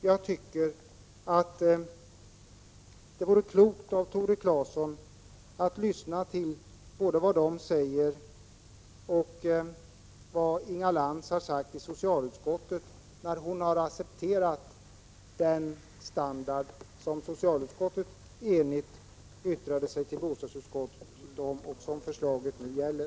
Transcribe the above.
Jag tycker att det hade varit klokt av Tore Claeson att lyssna till både vad de säger och vad Inga Lantz har sagt i socialutskottet då hon accepterade den standard som socialutskottet enigt yttrade sig till bostadsutskottet om, och det är detta som förslaget nu gäller.